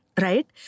right